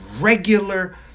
regular